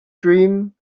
dream